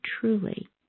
truly